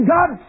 God